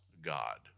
God